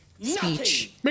speech